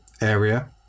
area